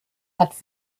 hat